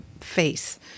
face